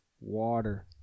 water